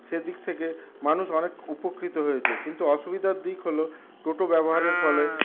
সেদিক থেকে মানুষ অনেক উপকৃত হয়েছে কিন্তু অসুবিধার দিক হল টোটো ব্যবহারের ফলে